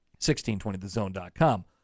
1620theZone.com